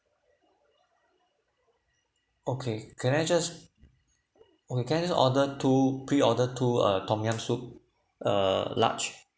okay can I just okay can I just order two pre order two uh tom yam soup er large